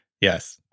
yes